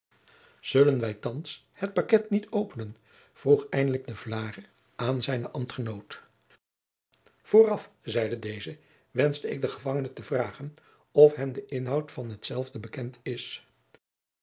zullen wij thands het paket niet openen vroeg eindelijk de vlaere aan zijnen ambtgenoot vooraf zeide deze wenschte ik den gejacob van lennep de pleegzoon vangene te vragen of hem de inhoud van hetzelve bekend is